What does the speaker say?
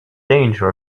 danger